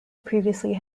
previously